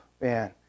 man